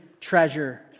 treasure